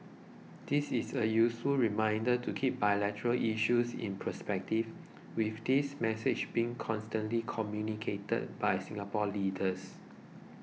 this is a useful reminder to keep bilateral issues in perspective with this message being consistently communicated by Singapore leaders